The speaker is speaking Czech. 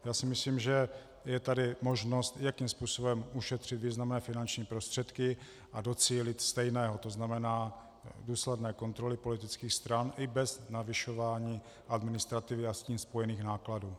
Já si myslím, že je tady možnost, jakým způsobem ušetřit významné finanční prostředky a docílit stejného, tzn. důsledné kontroly politických stran i bez navyšování administrativy a s tím spojených nákladů.